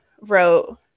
wrote